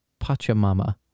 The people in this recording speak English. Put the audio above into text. Pachamama